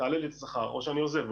תעלה לי את השכר או שאני עוזב.